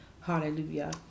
Hallelujah